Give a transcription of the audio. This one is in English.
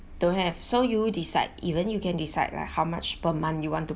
don't have so you decide even you can decide how much per month you want to